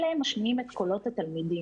אלה משמיעים את קולות התלמידים.